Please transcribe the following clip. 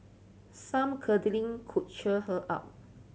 some cuddling could cheer her up